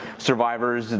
survivors,